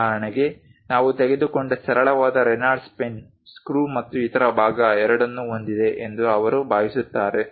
ಉದಾಹರಣೆಗೆ ನಾವು ತೆಗೆದುಕೊಂಡ ಸರಳವಾದ ರೆನಾಲ್ಡ್ಸ್ ಪೆನ್ನು ಸ್ಕ್ರೂ ಮತ್ತು ಇತರ ಭಾಗ ಎರಡನ್ನೂ ಹೊಂದಿದೆ ಎಂದು ಅವರು ಭಾವಿಸುತ್ತಾರೆ